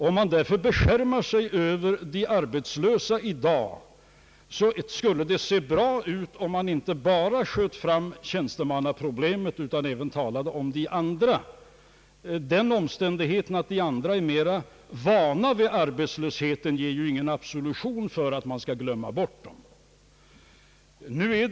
Om man därför beskärmar sig över de arbetslösa i dag, så skulle det se bra ut, om man inte bara sköt fram tjänstemannaproblemet utan även tog upp det andra problemet — den omständigheten att kroppsarbetarna är mer vana vid arbetslöshet ger ju ingen absolution för att de skall glömmas bort i detta sammanhang.